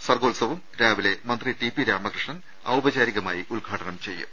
സർഗോത്സവം രാവിലെ മന്ത്രി ടി പി രാമകൃഷ്ണൻ ഔപ ചാരികമായി ഉദ്ഘാടനം ചെയ്യും